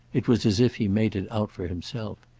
it was as if he made it out for himself.